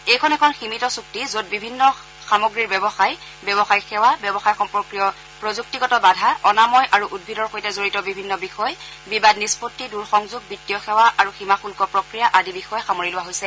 এইখন এখন সীমিত চুক্তি যত বিভিন্ন সামগ্ৰীৰ ব্যৱসায় ব্যৱসায়িক সেৱা ব্যৱসায় সম্পৰ্কীয় প্ৰযুক্তিগত বাধা অনাময় আৰু উদ্ভিদৰ সৈতে জড়িত বিভিন্ন বিষয় বিবাদ নিষ্পত্তি দূৰ সংযোগ বিত্তীয় সেৱা আৰু সীমা শুল্ক প্ৰক্ৰিয়া আদি বিষয় সামৰি লোৱা হৈছে